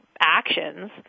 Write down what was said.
actions